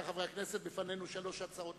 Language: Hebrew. רבותי חברי הכנסת, בפנינו שלוש הצעות